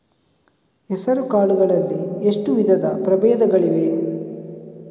ಹೆಸರುಕಾಳು ಗಳಲ್ಲಿ ಎಷ್ಟು ವಿಧದ ಪ್ರಬೇಧಗಳಿವೆ?